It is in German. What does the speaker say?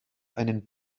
einen